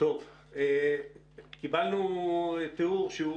קיבלנו תיאור שהוא